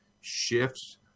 shifts